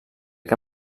que